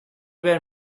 were